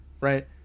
right